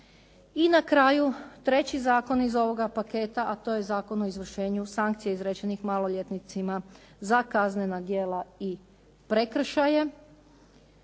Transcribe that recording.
I na kraju, treći zakon iz ovoga paketa, a to je Zakon o izvršenju sankcija izrečenih maloljetnicima za kaznena djela i prekršaje.